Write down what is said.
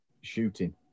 shooting